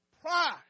Pride